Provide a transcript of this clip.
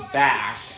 back